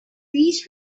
these